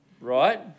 Right